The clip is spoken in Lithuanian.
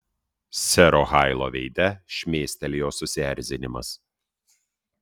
sero hailo veide šmėstelėjo susierzinimas